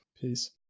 Peace